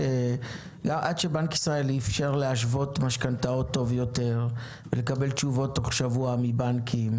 עד שבנק ישראל אפשר להשוות משכנתאות טוב יותר ולקבל תשובות תוך שבוע מבנקים